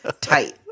Tight